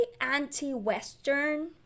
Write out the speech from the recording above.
anti-Western